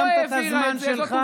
סיימת את הזמן שלך.